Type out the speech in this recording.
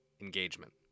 engagement